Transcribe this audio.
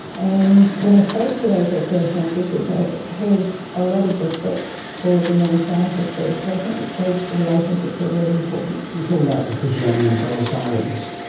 and when i spoke to those recreational fishers i heard a lot of respect for the marine scientists there. so i think those relationships are really important. are you talking about the fishers on the abrolhos islands?